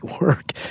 work